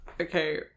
Okay